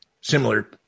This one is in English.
similar